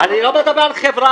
אני לא מדבר על חברה.